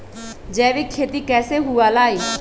जैविक खेती कैसे हुआ लाई?